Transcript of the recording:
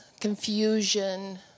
confusion